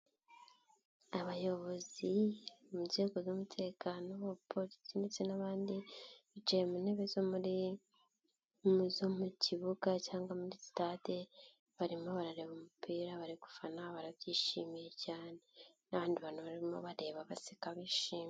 Abayobozi mu nzego z'umutekano w'abapolisi ndetse n'abandi, bicaye mu ntebe zo muri zo mu kibuga cyangwa muri sitade, barimo barareba umupira bari gufana barabyishimiye cyane, n'abandi bantu barimo bareba baseka bishimye.